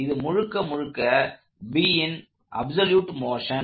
இது முழுக்க முழுக்க Bன் அப்சொல்யுட் மோஷன்